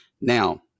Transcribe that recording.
Now